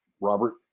Robert